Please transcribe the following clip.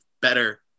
better